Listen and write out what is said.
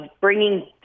bringing